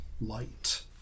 light